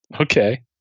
Okay